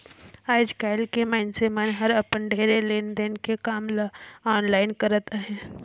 आएस काएल के मइनसे मन हर अपन ढेरे लेन देन के काम ल आनलाईन करत अहें